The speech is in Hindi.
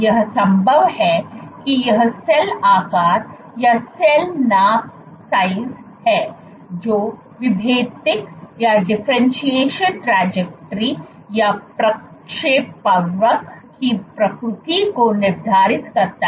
यह संभव है कि यह सेल आकार या सेल नाप है जो विभेदक प्रक्षेपवक्र की प्रकृति को निर्धारित करता है